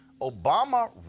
Obama